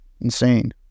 insane